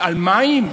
על מים,